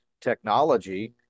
technology